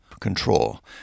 control